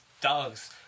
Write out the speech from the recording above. dogs